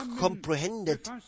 comprehended